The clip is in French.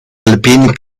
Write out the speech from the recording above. alpine